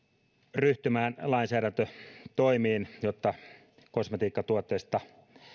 ryhtymään lainsäädäntötoimiin jotta kosmetiikkatuotteista